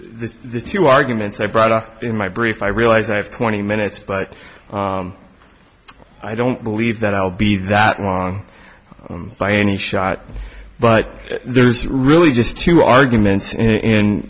the two arguments i brought up in my brief i realize i have twenty minutes but i don't believe that i'll be that long by any shot but there's really just two arguments